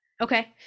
okay